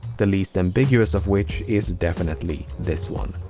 the least ambiguous of which is definitely this one.